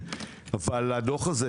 נראה כי הדוח הזה,